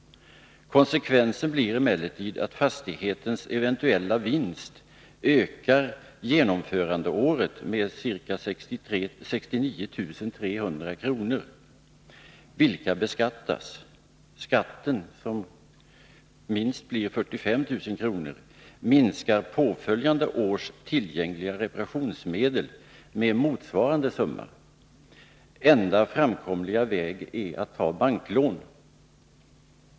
Konsekvensen blir emellertid att fastighetens eventuella vinst ökar genomförandeåret med ca 69 300 kr., vilken beskattas. Skatten, minst 45 000 kr., minskar påföljande års tillgängliga reparationsmedel med motsvarande summa. Enda framkomliga väg är att ta banklån.